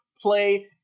play